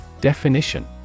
Definition